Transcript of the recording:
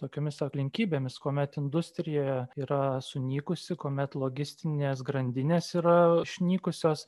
tokiomis aplinkybėmis kuomet industrija yra sunykusi kuomet logistinės grandinės yra išnykusios